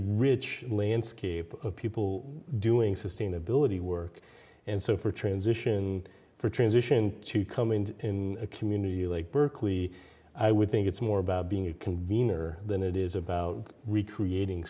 rich landscape of people doing sustainability work and so for transition for transition to come in in a community like berkeley i would think it's more about being a convener than it is about recreating